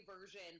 version